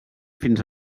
fins